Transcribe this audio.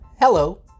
Hello